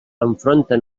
enfronta